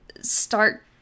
start